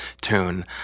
tune